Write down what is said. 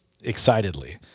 excitedly